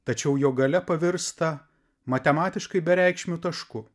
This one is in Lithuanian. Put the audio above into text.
tačiau jo galia pavirsta matematiškai bereikšmiu tašku